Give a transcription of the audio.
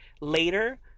later